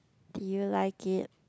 do you like it